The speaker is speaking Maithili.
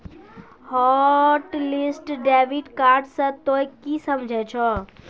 हॉटलिस्ट डेबिट कार्ड से तोंय की समझे छौं